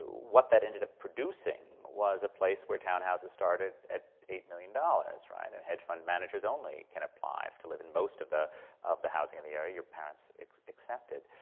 what that ended up producing was a place where townhouses started at eight million dollars, right? and and hedgefund managers only can apply to live in most of the of the housing in the area, your parents excepted.